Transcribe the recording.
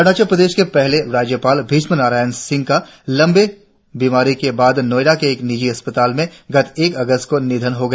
अरुणाचल प्रदेश के पहले राज्यपाल भीष्म नारायण सिंह का लम्बी बीमारी के बाद मयदा के निजी अस्पताल में गत एक अगस्त को निधन हो गया